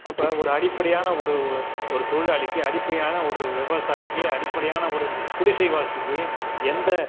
அப்போ ஒரு அடிப்படையான ஒரு ஒரு ஒரு தொழிலாளிக்கு அடிப்படையான ஒரு விவசாயிக்கு அடிப்படையான ஒரு குடிசைவாசிக்கு எந்த